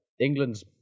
England's